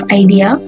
idea